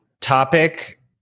topic